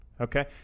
Okay